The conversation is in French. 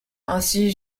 ainsi